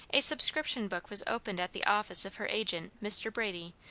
a subscription-book was opened at the office of her agent, mr. brady,